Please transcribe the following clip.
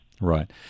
Right